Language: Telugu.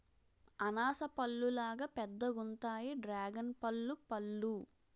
అనాస పల్లులాగా పెద్దగుంతాయి డ్రేగన్పల్లు పళ్ళు